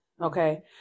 Okay